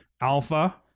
Alpha